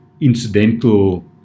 incidental